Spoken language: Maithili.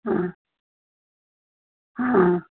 हँ हँ